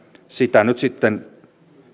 asiaa nyt sitten